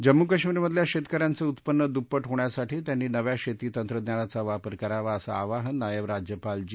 जम्मू कश्मिर मधल्या शेतक यांचं उत्पन्न दुप्पट होण्यासाठी त्यांनी नव्या शेती तंत्रज्ञानाचा वापर करावा असं आवाहन नायब राज्यपाल जी